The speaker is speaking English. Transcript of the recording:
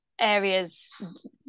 areas